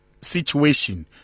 Situation